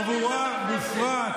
תצטרף לאהוד ברק,